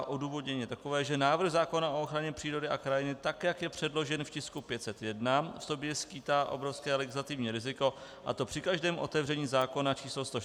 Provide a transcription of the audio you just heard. Odůvodnění je takové, že návrh zákona o ochraně přírody a krajiny, tak jak je předložen v tisku 501, v sobě skýtá obrovské legislativní riziko, a to při každém otevření zákona číslo 114/1992 Sb.